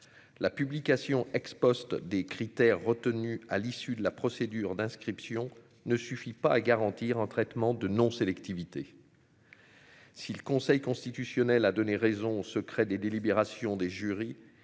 la publication ex-Post des critères retenus à l'issue de la procédure d'inscription ne suffit pas à garantir un traitement de non-sélectivité. Si le Conseil constitutionnel a donné raison, secret des délibérations des jurys,